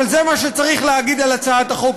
אבל זה מה שצריך להגיד על הצעת החוק.